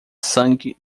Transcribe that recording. sangue